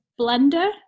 blender